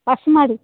பசு மாடு